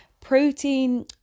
protein